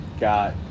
got